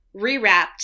rewrapped